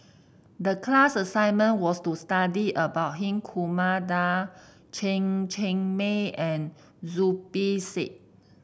the class assignment was to study about Hri Kumar Nair Chen Cheng Mei and Zubir Said